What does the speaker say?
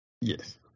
Yes